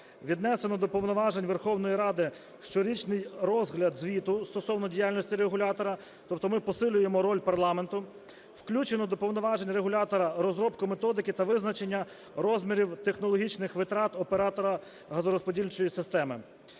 віднесено до повноважень Верховної Ради щорічний розгляд звіту стосовно діяльності регулятора, тобто ми посилюємо роль парламенту. Включено до повноважень регулятора розробку методики та визначення розмірів технологічних витрат оператора газорозподільчої системи.